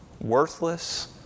worthless